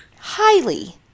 Highly